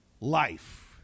life